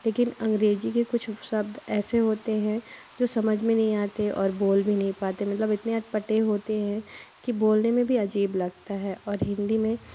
लेकिन अंग्रेजी के कुछ शब्द ऐसे होते हैं जो समझ में नहीं आते और बोल भी नहीं पाते मतलब इतने अटपटे होते हैं कि बोलने में भी अजीब लगता है और हिंदी में